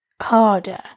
harder